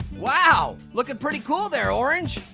wow, looking pretty cool there orange.